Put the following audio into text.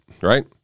right